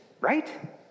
Right